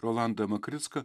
rolandą makricką